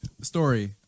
Story